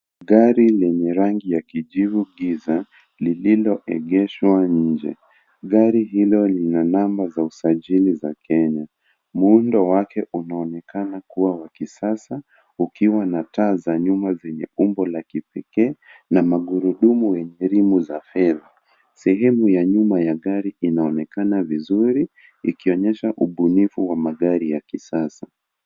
Gari yenye rangi ya kijivu giza lililoegeshwa nje gari hilo lina namba za usajili za Kenya muundo wake unaonekana kuwa wa kisasa ukiwa na taa za nyuma zenye umbo la kipekee na magurudumu yenye elimu za fedha. Sehemu ya nyuma ya gari inaonekana vizuri ikionyesha ubunifu wa magari ya kisasa.